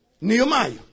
Nehemiah